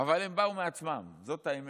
אבל הם באו מעצמם, זאת האמת.